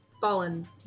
fallen